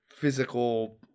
physical